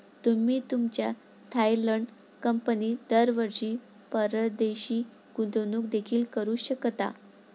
तुम्ही तुमच्या थायलंड कंपनीत दरवर्षी परदेशी गुंतवणूक देखील करू शकता